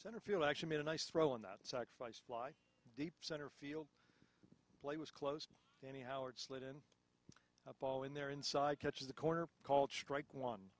centerfield actually made a nice throw in that sacrifice fly deep center field play was close and howard slid in a ball in there inside catches the corner called strike one